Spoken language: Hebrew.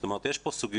זאת אומרת יש פה סוגיות,